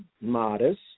modest